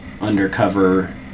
undercover